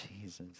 Jesus